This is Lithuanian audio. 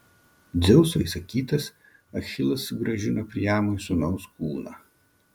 dzeuso įsakytas achilas sugrąžino priamui sūnaus kūną